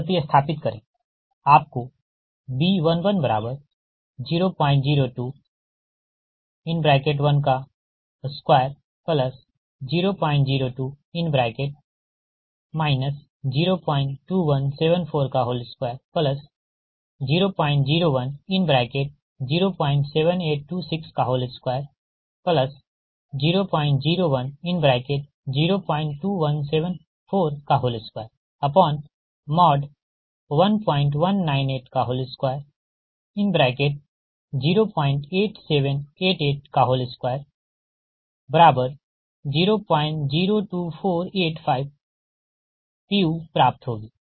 आप प्रति स्थापित करे आपको B1100212002 02174200107826200102174211982087882002485 pu प्राप्त होगी